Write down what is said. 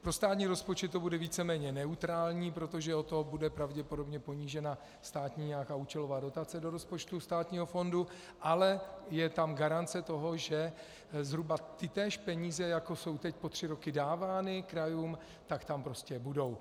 Pro státní rozpočet to bude víceméně neutrální, protože o to bude pravděpodobně ponížena nějaká státní účelová dotace do rozpočtu státního fondu, ale je tam garance toho, že zhruba tytéž peníze jako jsou teď po tři roky dávány krajům, tak tam prostě budou.